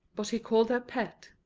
but he called her pet.